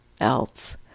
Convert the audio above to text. else